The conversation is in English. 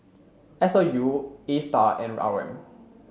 S O U ASTAR and R O M